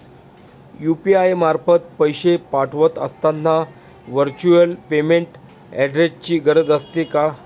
UPI मार्फत पैसे पाठवत असताना व्हर्च्युअल पेमेंट ऍड्रेसची गरज असते का?